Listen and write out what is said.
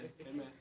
Amen